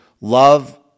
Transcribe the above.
love